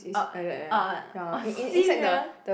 uh uh orh serious